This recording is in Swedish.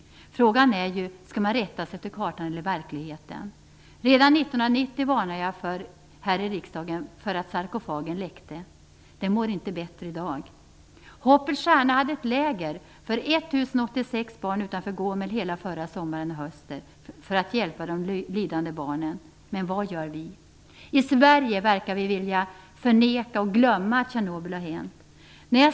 Frågan är: Skall man rätta sig efter kartan eller efter verkligheten? Redan 1990 varnade jag här i riksdagen för att sarkofagen läckte. Den mår inte bättre i dag. Hoppets Stjärna hade hela förra sommaren och hösten ett läger för 1 086 utanför Gomel för att hjälpa de lidande barnen. Men vad gör vi? I Sverige verkar vi vilja förneka och glömma att Tjernobyl har hänt.